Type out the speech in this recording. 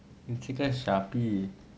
你这个傻逼